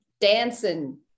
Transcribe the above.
Dancing